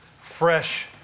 fresh